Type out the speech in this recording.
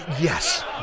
yes